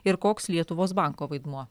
ir koks lietuvos banko vaidmuo